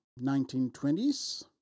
1920s